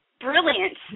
Brilliant